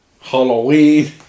Halloween